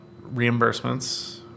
reimbursements